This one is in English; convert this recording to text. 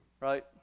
Right